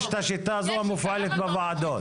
יש את השיטה הזאת שמופעלת בוועדות.